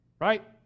Right